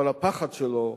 אבל הפחד שלו,